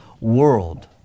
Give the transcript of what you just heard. world